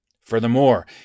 Furthermore